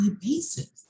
basis